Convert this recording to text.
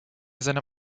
seinem